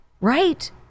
right